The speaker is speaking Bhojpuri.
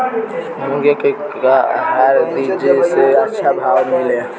मुर्गा के का आहार दी जे से अच्छा भाव मिले?